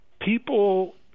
people